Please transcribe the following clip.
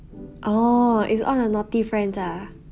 orh it's all the naughty friends ah